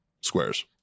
squares